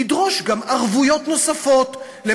היא תדרוש ערבויות נוספות,